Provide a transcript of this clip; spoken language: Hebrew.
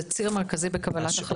זה ציר מרכזי בקבלת החלטות.